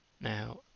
now